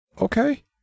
Okay